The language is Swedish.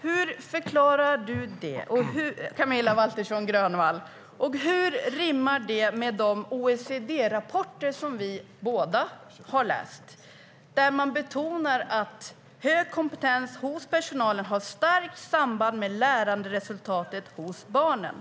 Hur förklarar Camilla Waltersson Grönvall det? Och hur rimmar det med de OECD-rapporter som vi båda har läst? Där betonar man att hög kompetens hos personalen har ett starkt samband med läranderesultatet hos barnen.